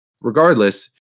Regardless